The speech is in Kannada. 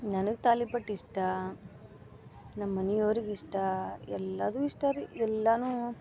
ನನಗೆ ತಾಲಿಪಟ್ಟು ಇಷ್ಟ ನಮ್ಮನಿಯವ್ರಿಗೆ ಇಷ್ಟ ಎಲ್ಲದು ಇಷ್ಟ ರೀ ಎಲ್ಲಾನು